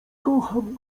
kocham